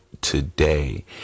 today